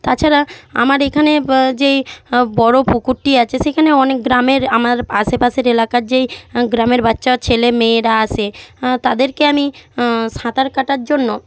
তাছাড়া আমার এখানে যেই বড় পুকুরটি আছে সেখানে অনেক গ্রামের আমার আশেপাশের এলাকার যেই গ্রামের বাচ্চা ছেলে মেয়েরা আসে তাদেরকে আমি সাঁতার কাটার জন্য